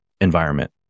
environment